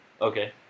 okay